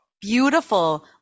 Beautiful